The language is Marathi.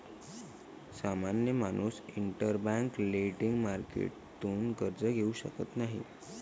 सामान्य माणूस इंटरबैंक लेंडिंग मार्केटतून कर्ज घेऊ शकत नाही